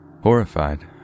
Horrified